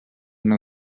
una